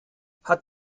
hat